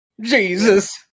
Jesus